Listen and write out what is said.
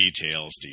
details